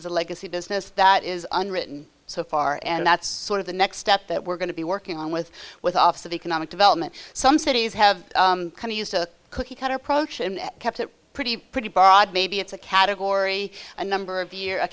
is a legacy business that is unwritten so far and that's sort of the next step that we're going to be working on with with office of economic development some cities have used a cookie cutter approach and kept it pretty pretty broad maybe it's a category a number of years a